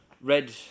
red